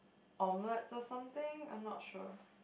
omelette or something I'm not sure